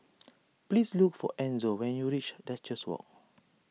please look for Enzo when you reach Duchess Walk